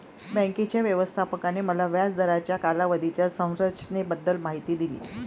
बँकेच्या व्यवस्थापकाने मला व्याज दराच्या कालावधीच्या संरचनेबद्दल माहिती दिली